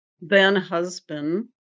then-husband